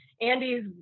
Andy's